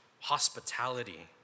hospitality